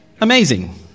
Amazing